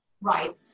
Right